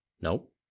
Nope